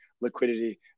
liquidity